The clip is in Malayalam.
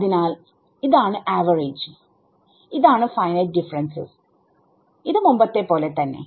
അതിനാൽ ഇതാണ് ആവറേജ് ഇതാണ് ഫൈനൈറ്റ് ഡിഫറൻസ് ഇത് മുമ്പത്തെ പോലെ തന്നെ